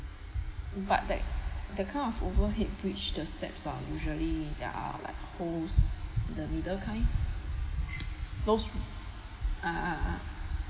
but that that kind of overhead bridge the steps are usually there are like holes the middle kind those ah